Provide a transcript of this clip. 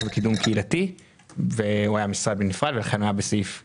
וקידום קהילתי שהיה משרד נפרד ולכן הוא היה בסעיף 04,